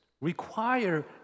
require